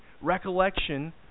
recollection